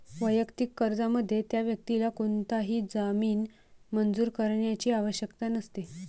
वैयक्तिक कर्जामध्ये, त्या व्यक्तीला कोणताही जामीन मंजूर करण्याची आवश्यकता नसते